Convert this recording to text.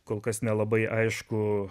kol kas nelabai aišku